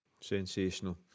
Sensational